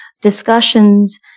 discussions